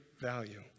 value